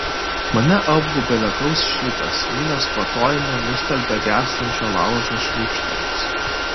mane apgaubia lietaus šydas minios kvatojimą nustelbia gęstančio laužo šnypštimas